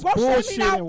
bullshit